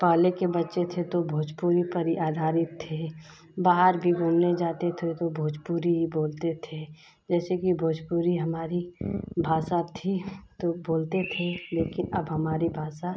पहले के बच्चे थे तो भोजपुरी पर ही आधारित थे बाहर भी घूमने जाते थे तो भोजपुरी ही बोलते थे जैसे कि भोजपुरी हमारी भाषा थी तो बोलते थे लेकिन अब हमारी भाषा